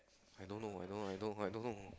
I don't know I don't know I don't know I don't know